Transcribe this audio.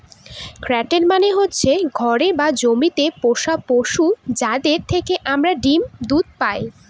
cattle মানে হচ্ছে ঘরে বা জমিতে পোষ্য পশু, যাদের থেকে আমরা ডিম দুধ পায়